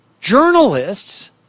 journalists